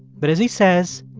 but as he says,